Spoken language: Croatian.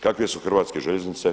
Kakve su hrvatske željeznice?